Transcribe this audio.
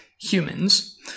humans